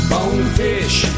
Bonefish